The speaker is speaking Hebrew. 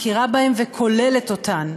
מכירה בהם וכוללת אותם.